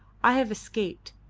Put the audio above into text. i have escaped,